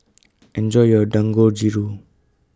Enjoy your Dangojiru